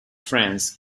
friends